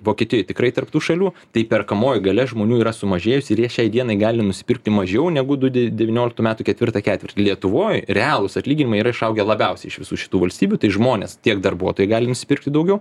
vokietijoj tikrai tarp tų šalių tai perkamoji galia žmonių yra sumažėjusi ir jie šiai dienai gali nusipirkti mažiau negu du de devynioliktų metų ketvirtą ketvirtį lietuvoj realūs atlyginimai yra išaugę labiausiai iš visų šitų valstybių tai žmonės tiek darbuotojai gali nusipirkti daugiau